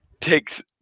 takes